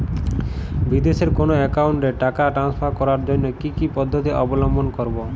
বিদেশের কোনো অ্যাকাউন্টে টাকা ট্রান্সফার করার জন্য কী কী পদ্ধতি অবলম্বন করব?